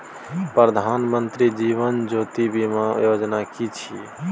प्रधानमंत्री जीवन ज्योति बीमा योजना कि छिए?